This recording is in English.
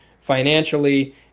financially